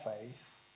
faith